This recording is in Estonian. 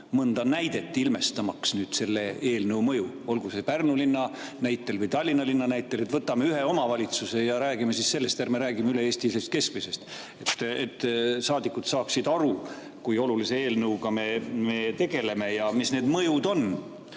mõnda näidet, ilmestamaks selle eelnõu mõju? Olgu see Pärnu linna näitel või Tallinna linna näitel. Võtame ühe omavalitsuse ja räägime sellest, ärme räägime üle‑eestilisest keskmisest. Saadikud saavad siis aru, kui olulise eelnõuga me tegeleme ja mis need mõjud on.